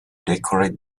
decorate